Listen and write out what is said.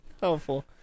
Helpful